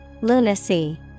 Lunacy